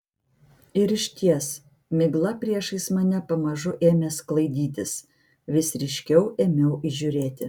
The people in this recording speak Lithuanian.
ir išties migla priešais mane pamažu ėmė sklaidytis vis ryškiau ėmiau įžiūrėti